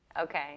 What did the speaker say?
Okay